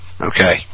Okay